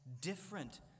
different